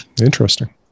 interesting